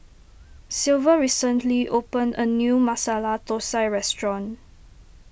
Silver recently opened a new Masala Thosai restaurant